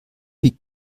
wie